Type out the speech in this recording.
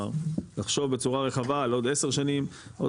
כלומר לחשוב בצורה רחבה על עוד 10 שנים עוד